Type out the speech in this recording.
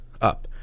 up